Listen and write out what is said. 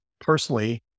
Personally